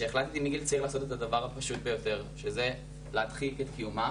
שהחלטתי מגיל צעיר לעשות את הדבר הפשוט ביותר שהוא להדחיק את קיומה